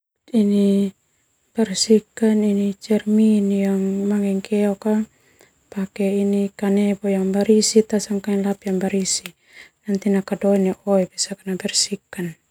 Ini bersihkan ini cermin yang pake ini kanebo barisi pake kain lap barisi nakadoe neu oe.